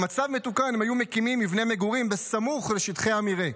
במצב מתוקן הם היו מקימים מבנה מגורים בסמוך לשטחי המרעה.